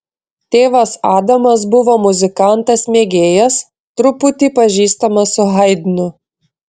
tėvas adamas buvo muzikantas mėgėjas truputį pažįstamas su haidnu